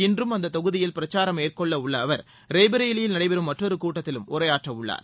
இன்றும் அந்த தொகுதியில் பிரச்சாரம் மேற்கொள்ள உள்ள அவர் ரெபரேயிலியில் நடைபெறும் மற்றொரு கூட்டத்திலும் உரையாற்றவுள்ளார்